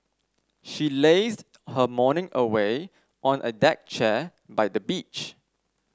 she lazed her morning away on a deck chair by the beach